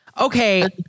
Okay